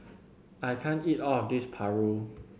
I can't eat all of this Paru